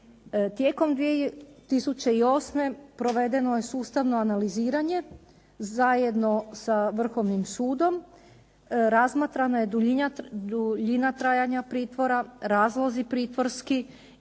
Tijekom 2008. provedeno je sustavno analiziranje zajedno sa Vrhovnim sudom. Razmatrana je duljina trajanja pritvora, razlozi pritvorski